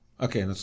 Okay